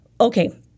Okay